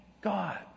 God